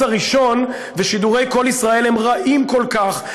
הראשון ושידורי "קול ישראל" הם רעים כל כך,